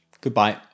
Goodbye